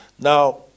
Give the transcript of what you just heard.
Now